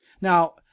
Now